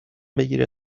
بگیره